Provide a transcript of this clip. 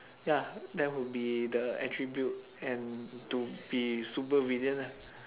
ya that would be the attribute and to be supervillain lah